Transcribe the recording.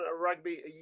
rugby